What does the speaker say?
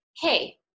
Hey